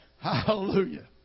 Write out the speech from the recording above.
Hallelujah